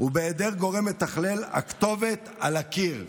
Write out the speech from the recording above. ובהיעדר גורם מתכלל, הכתובת על הקיר.